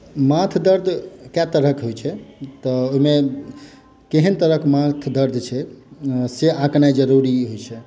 माथ दर्द कए तरहक होइत छै तऽ ओहिमे केहन तरहक माथ दर्द छै से आँकनाइ जरूरी होइत छै